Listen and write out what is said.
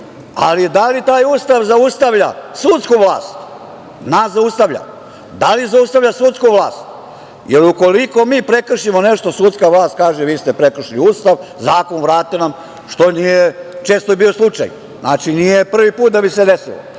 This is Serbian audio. Ali da li taj Ustav zaustavlja sudsku vlast? Nas zaustavlja. Da li zaustavlja sudsku vlast, jer ukoliko mi prekršimo nešto, sudska vlast kaže, vi ste prekršili Ustav, zakon nam vrate, što je često bio slučaj. Znači, nije prvi put da bi se desilo,